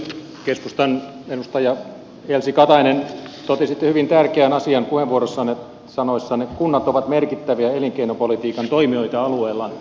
keskustan edustaja elsi katainen totesitte hyvin tärkeän asian puheenvuorossanne sanoessanne että kunnat ovat merkittäviä elinkeinopolitiikan toimijoita alueellaan